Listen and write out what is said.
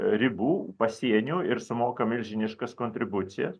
ribų pasienių ir sumoka milžiniškas kontribucijas